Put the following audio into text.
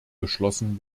beschlossen